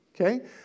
okay